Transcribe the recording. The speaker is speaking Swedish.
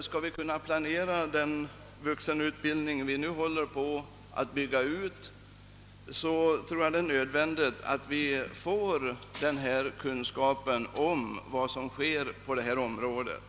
Skall vi kunna planera den vuxenutbildning som nu håller på att byggas ut är det nödvändigt att inhämta kunskap om vad som sker på området.